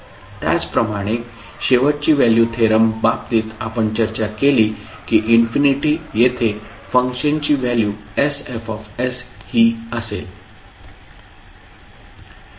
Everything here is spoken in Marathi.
त्याचप्रमाणे शेवटची व्हॅल्यू थेरम बाबतीत आपण चर्चा केली की इन्फिनिटी येथे फंक्शनची व्हॅल्यू sFs ही असेल